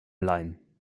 leihen